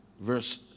Verse